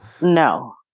No